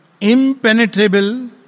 Impenetrable